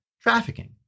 trafficking